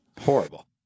Horrible